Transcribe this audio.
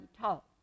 talk